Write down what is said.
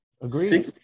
Agreed